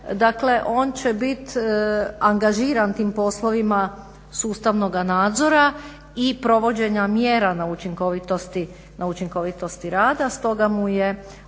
dakle on će biti angažiran tim poslovima sustavnoga nadzora i provođenja mjera na učinkovitosti rada stoga mu je